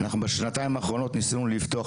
בשנתיים האחרונות ניסינו לפתוח,